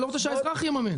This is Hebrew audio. אני לא רוצה שהאזרח יממן.